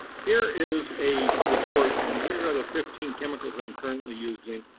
here is a report. and here are the fifteen chemicals that i'm currently using.